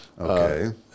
Okay